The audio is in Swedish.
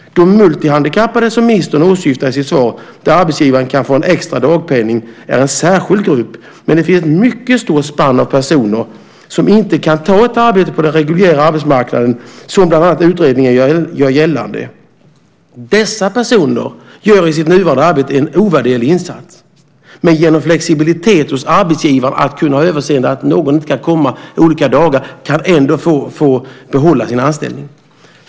De multihandikappade, som ministern åsyftar i sitt svar, som arbetsgivaren kan få en extra dagpenning för är en särskild grupp. Men det finns ett mycket stort spann av personer som inte kan ta ett arbete på den reguljära arbetsmarknaden, vilket bland annat utredningen gör gällande. Dessa personer gör i sitt nuvarande arbete en ovärderlig insats. Genom flexibilitet hos arbetsgivaren när det gäller att kunna ha överseende med att någon inte kan komma vissa dagar kan de få behålla sin anställning.